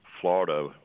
Florida